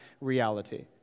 reality